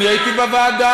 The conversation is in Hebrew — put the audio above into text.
אני הייתי בוועדה.